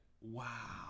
wow